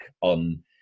on